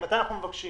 מתי אנחנו מבקשים?